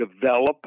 develop